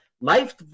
Life